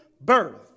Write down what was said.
birth